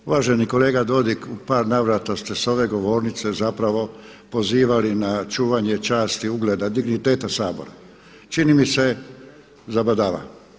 Uvaženi kolega Dodig, u par navrata ste s ove govornice zapravo pozivali na čuvanje časti i ugleda, digniteta Sabora, čini mi se zabadava.